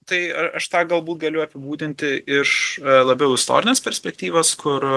tai aš tą galbūt galiu apibūdinti iš labiau istorinės perspektyvos kur